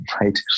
right